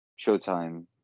showtime